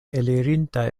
elirinta